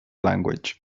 language